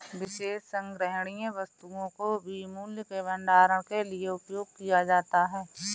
विशेष संग्रहणीय वस्तुओं को भी मूल्य के भंडारण के लिए उपयोग किया जाता है